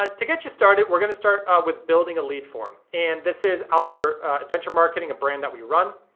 ah to get you started we're gonna start with building a lead form and this is outdoor adventure marketing, a brand that we run.